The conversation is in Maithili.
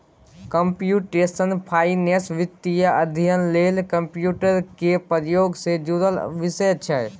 कंप्यूटेशनल फाइनेंस वित्तीय अध्ययन लेल कंप्यूटर केर प्रयोग सँ जुड़ल विषय छै